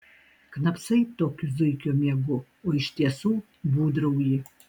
knapsai tokiu zuikio miegu o iš tiesų būdrauji